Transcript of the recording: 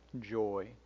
joy